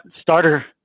starter